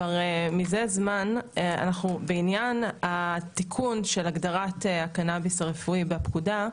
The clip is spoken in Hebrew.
מזה זמן בעניין התיקון של הגדרת הקנאביס הרפואי והפקודה,